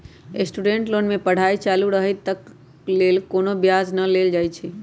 student loan में पढ़ाई चालू रहइत तक के लेल कोनो ब्याज न लेल जाइ छइ